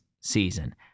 season